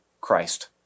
Christ